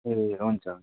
ए हुन्छ हुन्छ